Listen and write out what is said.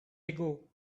ago